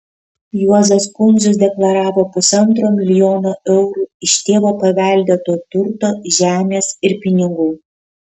juozas pundzius deklaravo pusantro milijono eurų iš tėvo paveldėto turto žemės ir pinigų